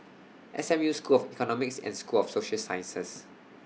S M U School of Economics and School of Social Sciences